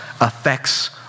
affects